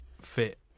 fit